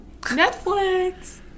Netflix